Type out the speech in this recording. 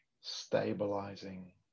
stabilizing